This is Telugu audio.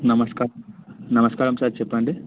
నమస్కారం నమస్కారం సార్ చెప్పండి